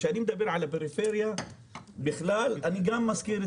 כשאני מדבר על הפריפריה אני מזכיר גם